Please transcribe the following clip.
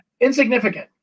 insignificant